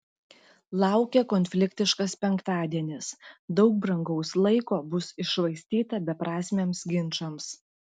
laukia konfliktiškas penktadienis daug brangaus laiko bus iššvaistyta beprasmiams ginčams